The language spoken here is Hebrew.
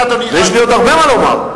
ויש לי עוד הרבה מה לומר.